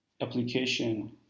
application